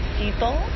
people